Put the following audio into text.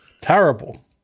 Terrible